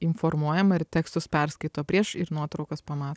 informuojama ir tekstus perskaito prieš ir nuotraukas pamat